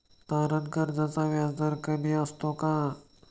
तारण कर्जाचा व्याजदर कमी असतो का?